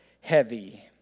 heavy